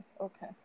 Okay